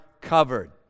covered